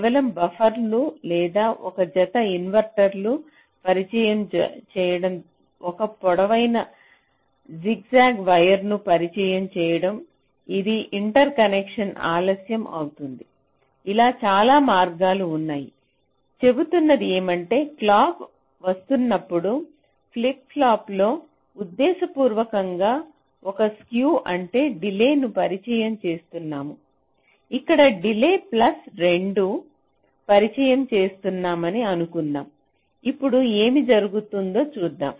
కేవలం బఫర్ను లేదా ఒక జత ఇన్వర్టర్లను పరిచయం చేయడం ఒక పొడవైన జిగ్జాగ్ వైర్ను పరిచయం చేయడం అది ఇంటర్ కనెక్షన్ ఆలస్యం అవుతుంది ఇలా చాలా మార్గాలు ఉన్నాయి చెబుతున్నది ఏమంటే క్లాక్ వస్తున్నప్పుడు ఫ్లిప్ ఫ్లాప్లో ఉద్దేశపూర్వకంగా ఒక స్క్యూ అంటే డిలే ను పరిచయం చేస్తున్నాము ఇక్కడ డిలే ప్లస్ 2 పరిచయం చేస్తున్నామని అనుకుందాం ఇప్పుడు ఏమి జరుగుతుందో చూద్దాం